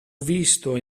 visto